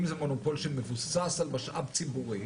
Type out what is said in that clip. אם זה מונופול שמבוסס על משאב ציבורי